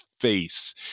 face